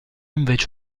invece